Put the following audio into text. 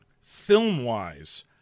film-wise